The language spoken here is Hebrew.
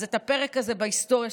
אתכם השררה.